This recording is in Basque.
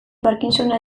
parkinsona